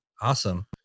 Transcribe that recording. awesome